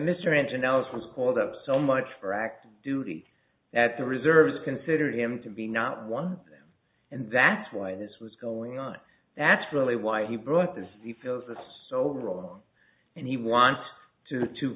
was called up so much for active duty at the reserves considered him to be not one of them and that's why this was going on that's really why he brought this he feels it's so wrong and he wants to